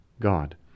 God